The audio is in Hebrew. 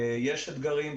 יש אתגרים,